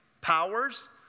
powers